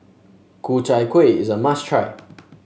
Ku Chai Kueh is a must try